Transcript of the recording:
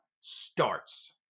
starts